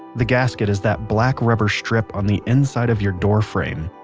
the gasket is that black rubber strip on the inside of your door frame.